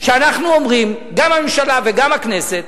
שאנחנו אומרים, גם הממשלה וגם הכנסת,